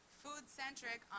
food-centric